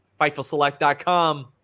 Fightfulselect.com